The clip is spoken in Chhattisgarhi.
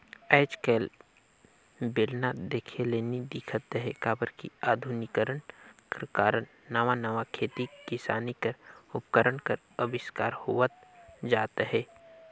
आएज काएल बेलना देखे ले नी दिखत अहे काबर कि अधुनिकीकरन कर कारन नावा नावा खेती किसानी कर उपकरन कर अबिस्कार होवत जात अहे